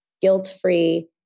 guilt-free